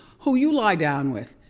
who you lie down with.